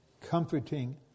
comforting